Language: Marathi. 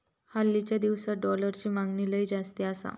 हालीच्या दिसात डॉलरची मागणी लय जास्ती आसा